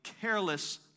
careless